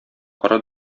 кара